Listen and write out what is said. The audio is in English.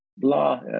Blah